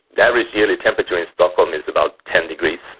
the average yearly temperature in stockholm is about ten degrees.